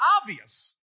obvious